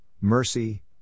mercy